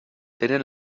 tenen